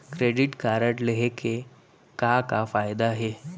Credit card लेहे के का का फायदा हे?